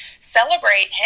celebrate